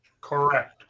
Correct